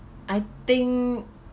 I think